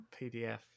PDF